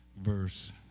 verse